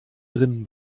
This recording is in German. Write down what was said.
drinnen